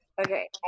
Okay